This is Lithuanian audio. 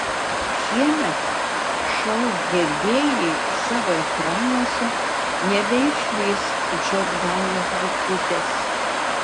šiemet šou gerbėjai savo ekranuose nebeišvys džordanos butkutės